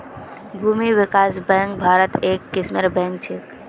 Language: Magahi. भूमि विकास बैंक भारत्त एक किस्मेर बैंक छेक